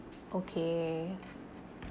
okay